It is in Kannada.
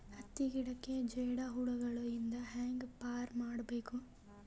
ಹತ್ತಿ ಗಿಡಕ್ಕೆ ಜೇಡ ಹುಳಗಳು ಇಂದ ಹ್ಯಾಂಗ್ ಪಾರ್ ಮಾಡಬೇಕು?